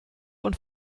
und